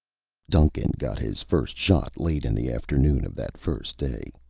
duncan got his first shot late in the afternoon of that first day.